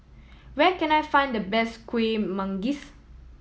where can I find the best Kuih Manggis